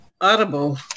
Audible